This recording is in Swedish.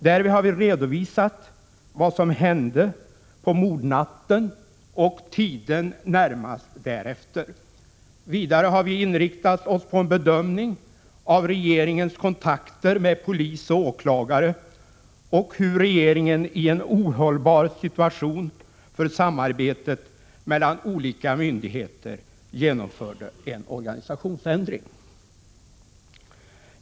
Därvid har vi redovisat vad som hände på mordnatten och tiden närmast därefter. Vidare har vi inriktat oss på en bedömning av regeringens kontakter med polis och åklagare och hur regeringen i en ohållbar situation för samarbetet mellan olika myndigheter genomförde en organisationsändring.